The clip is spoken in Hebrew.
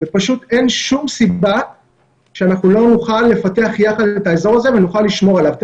ופשוט אין שום סיבה שלא נוכל לפתח יחד את האזור הזה ונוכל לשמור עליו.